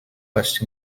first